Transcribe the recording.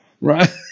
Right